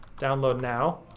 download now,